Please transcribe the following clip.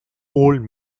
old